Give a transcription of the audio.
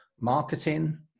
marketing